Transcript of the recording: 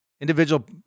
individual